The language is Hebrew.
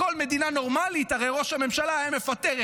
בכל מדינה נורמלית הרי ראש הממשלה היה מפטר,